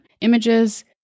images